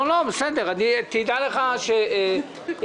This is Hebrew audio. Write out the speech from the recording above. כשמדובר במשרד הרווחה,